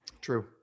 True